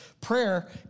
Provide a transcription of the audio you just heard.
Prayer